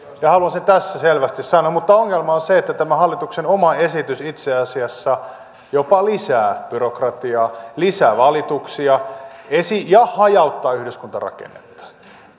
ja haluan sen tässä selvästi sanoa mutta ongelma on se että tämä hallituksen oma esitys itse asiassa jopa lisää byrokratiaa lisää valituksia ja hajauttaa yhdyskuntarakennetta